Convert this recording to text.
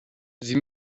sie